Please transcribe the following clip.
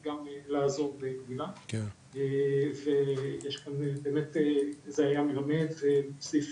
גם לעזור בגמילה ויש כאן באמת זה היה מלמד והוסיף